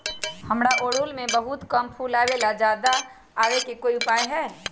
हमारा ओरहुल में बहुत कम फूल आवेला ज्यादा वाले के कोइ उपाय हैं?